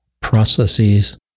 processes